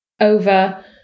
over